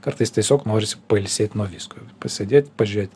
kartais tiesiog norisi pailsėt nuo visko jau pasėdėt pažiūrėt